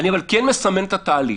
אבל אני כן מסמן את התהליך.